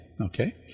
okay